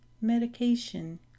medication